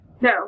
No